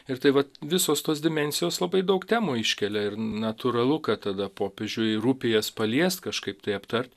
ir tai va visos tos dimensijos labai daug temų iškelia ir natūralu kad tada popiežiui rūpi jas paliest kažkaip tai aptart